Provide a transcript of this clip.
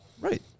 Right